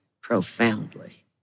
profoundly